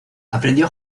aprendió